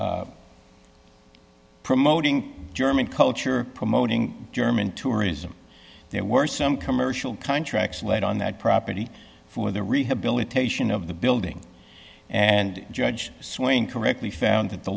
for promoting german culture promoting german tourism there were some commercial contracts laid on that property for the rehabilitation of the building and judge swing correctly found that the